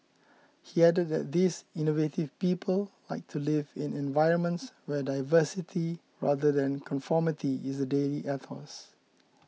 he added that these innovative people like to live in environments where diversity rather than conformity is the daily ethos